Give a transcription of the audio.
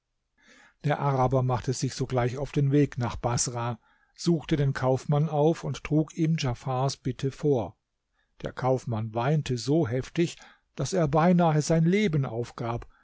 der araber machte sich sogleich auf den weg nach baßrah suchte den kaufmann auf und trug ihm djafars bitte vor der kaufmann weinte so heftig daß er beinahe sein leben aufgab